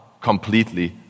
completely